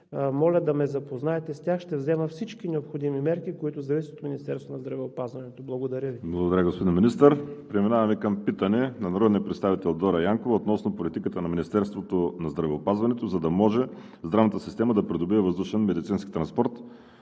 моля да ме запознаете с тях. Ще взема всички необходими мерки, които зависят от Министерството на здравеопазването. Благодаря Ви. ПРЕДСЕДАТЕЛ ВАЛЕРИ СИМЕОНОВ: Благодаря, господин Министър. Преминаваме към питане на народния представител Дора Янкова относно политиката на Министерството на здравеопазването, за да може здравната система да придобие въздушен медицински транспорт.